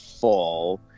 fall